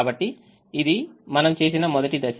కాబట్టి ఇది మనం చేసిన మొదటి దశ